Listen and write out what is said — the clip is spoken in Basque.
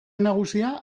nagusia